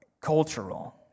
cultural